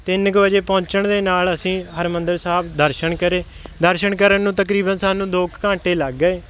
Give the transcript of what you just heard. ਤਿੰਨ ਕੁ ਵਜੇ ਪਹੁੰਚਣ ਦੇ ਨਾਲ ਅਸੀਂ ਹਰਿਮੰਦਰ ਸਾਹਿਬ ਦਰਸ਼ਨ ਕਰੇ ਦਰਸ਼ਨ ਕਰਨ ਨੂੰ ਤਕਰੀਬਨ ਸਾਨੂੰ ਦੋ ਕੁ ਘੰਟੇ ਲੱਗ ਗਏ